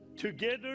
Together